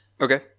Okay